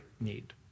need